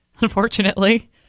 unfortunately